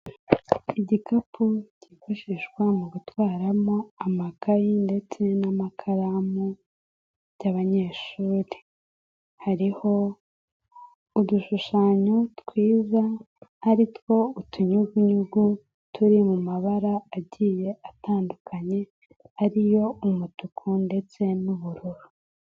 Igikapu cyifashishwa mu gutwaramo amakayi ndetse n'amakaramu by'abanyeshuri. Hariho udushushanyo twiza ari two utunyugunyugu turi mu mabara agiye atandukanye, ari yo umutuku ndetse n'ubururu.